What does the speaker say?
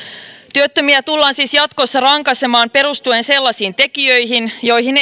työttömiä tullaan siis jatkossa rankaisemaan perustuen sellaisiin tekijöihin joihin